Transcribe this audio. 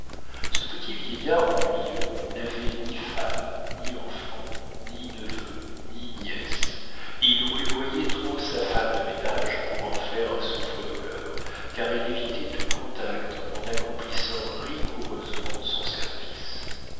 ce petit vieillard ennuyeux n'avait ni femme ni enfant ni neveu ni nièce il rudoyait trop sa femme de ménage pour en faire un souffre-douleur car elle évitait tout contact en accomplissant rigoureusement son service